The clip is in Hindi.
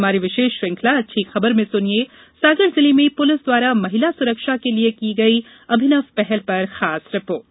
हमारी विशेष श्रृंखला अच्छी खबर में सुनिये सागर जिले में पुलिस द्वारा महिला सुरक्षा के लिये की गई अभिनव पहल पर खास रिपोर्ट